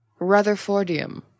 rutherfordium